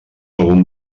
algun